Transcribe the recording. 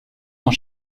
dans